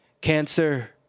cancer